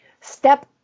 Step